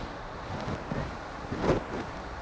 narnia supper time will return